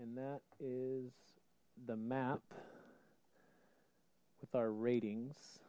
and that is the map with our ratings